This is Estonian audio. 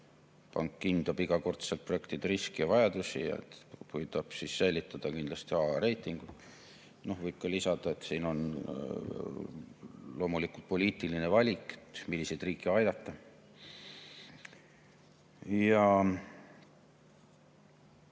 pank hindab iga kord projektide riske ja vajadusi ja üritab säilitada kindlasti AAA reitingut. Võib ka lisada, et siin on loomulikult poliitiline valik, milliseid riike aidata.